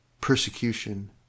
persecution